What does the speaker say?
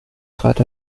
trat